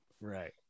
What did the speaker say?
Right